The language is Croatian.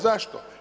Zašto?